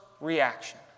reaction